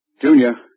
Junior